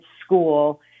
school